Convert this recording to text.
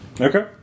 Okay